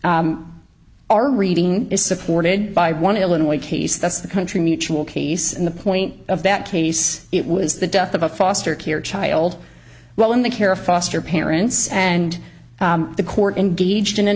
our reading is supported by one illinois case that's the country mutual case and the point of that case it was the death of a foster care child while in the care of foster parents and the court engaged in an